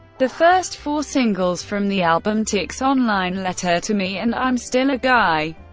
the first four singles from the album, ticks, online, letter to me, and i'm still a guy,